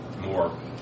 more